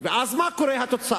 ואז מה התוצאה?